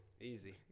Easy